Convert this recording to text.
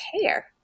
care